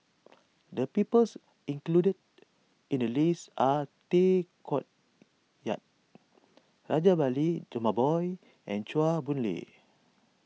the peoples included in the list are Tay Koh Yat Rajabali Jumabhoy and Chua Boon Lay